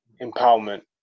empowerment